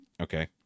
okay